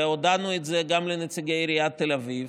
והודענו את זה גם לנציגי עיריית תל אביב,